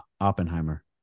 Oppenheimer